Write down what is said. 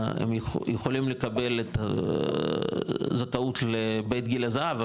יכולים לקבל את ה- זאת טעות לבית גיל הזהב,